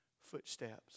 footsteps